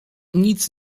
nic